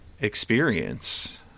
experience